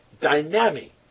dynamic